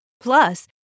Plus